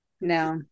No